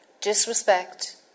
disrespect